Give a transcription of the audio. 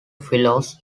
fellows